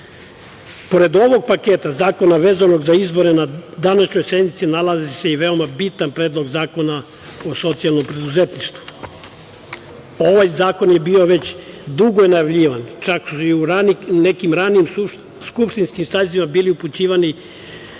ovog paketa zakona vezanog za izbore na današnjoj sednici nalazi se i veoma bitan Predlog zakona o socijalnom preduzetništvu. Ovaj zakon je bio dugo najavljivan, čak su u nekim ranijim skupštinskim sazivima bili upućivani